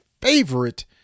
favorite